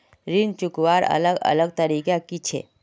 ऋण चुकवार अलग अलग तरीका कि छे?